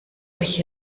euch